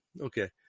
Okay